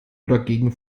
dagegen